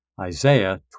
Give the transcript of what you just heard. Isaiah